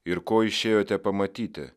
ir ko išėjote pamatyti